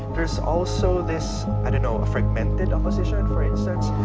there's also this, i don't know, fragmented opposition, for instance,